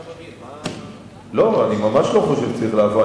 לא, אני ממש לא חושב שצריך להפוך.